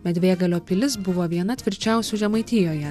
medvėgalio pilis buvo viena tvirčiausių žemaitijoje